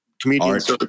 comedians